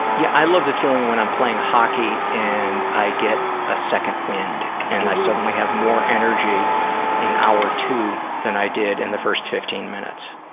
yeah i love the feeling when i'm playing hockey and i get a second wind and i suddenly have more energy in hour two than i did in the first fifteen minutes,